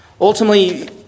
Ultimately